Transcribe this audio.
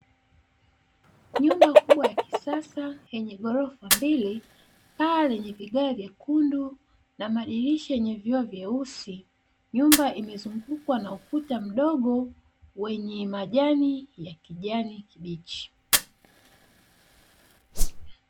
Nyumba kubwa ya kisasa yenye ghorofa mbili, paa lenye vigae vyekundu na madirisha yenye vioo vyeusi. Nyumba imezungukwa na ukuta mdogo wenye majani ya kijani kibichi.